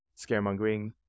scaremongering